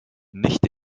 nicht